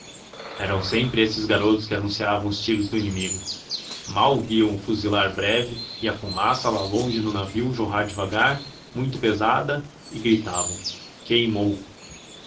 eram sempre esses garotos que anunciavam os tiros do inimigo mal viam o fuzilar breve e a fumaça lá longe no navio jorrar devagar muito pesada gritavam queimou